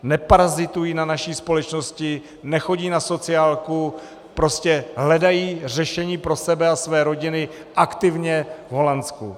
Neparazitují na naší společnosti, nechodí na sociálku, prostě hledají řešení pro sebe a své rodiny aktivně v Holandsku.